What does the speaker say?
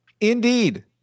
Indeed